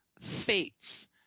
fates